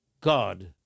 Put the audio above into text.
God